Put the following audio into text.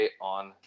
on